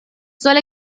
sólo